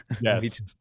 Yes